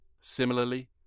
Similarly